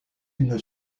une